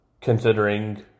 considering